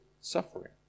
suffering